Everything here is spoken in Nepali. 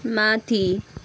माथि